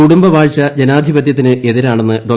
കുടുംബ വാഴ്ച ജനാധിപത്യത്തിന് എതിരാണെന്ന് ഡോ